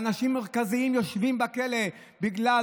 שאנשים מרכזיים יושבים בכלא בגלל